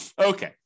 Okay